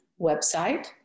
website